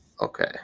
Okay